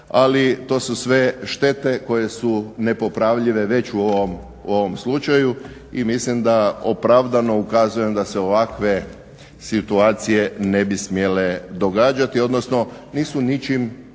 Ali to su sve štete koje su nepopravljive već u ovom slučaju i mislim da opravdano ukazujem da se ovakve situacije ne bi smjele događati odnosno nisu ničim